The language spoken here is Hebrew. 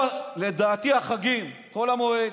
לדעתי, באזור החגים, חול המועד,